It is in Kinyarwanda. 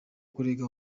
kurega